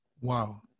Wow